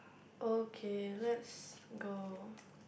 okay let's go